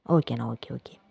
ஓகேண்ணா okay okay